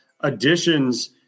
additions